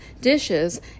dishes